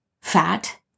fat